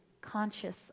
conscious